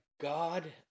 God